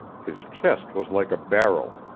his chest was like a barrel.